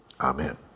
Amen